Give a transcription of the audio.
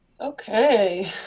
Okay